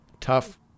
tough